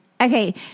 okay